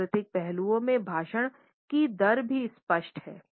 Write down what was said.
सांस्कृतिक पहलुओं में भाषण की दर भी स्पष्ट है